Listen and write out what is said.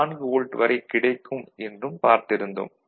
4 volt வரை கிடைக்கும் என்றும் பார்த்திருந்தோம்